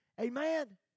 Amen